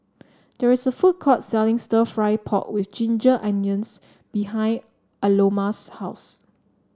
there is a food court selling stir fry pork with Ginger Onions behind Aloma's house